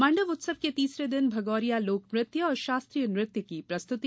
माण्डव उत्सव के तीसरे दिन भगोरिया लोकनत्य और शास्त्रीय नृत्य की प्रस्तुति